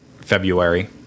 February